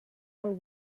pel